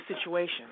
situation